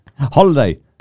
Holiday